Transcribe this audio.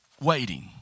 waiting